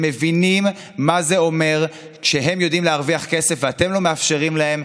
הם מבינים מה זה אומר כשהם יודעים להרוויח כסף ואתם לא מאפשרים להם,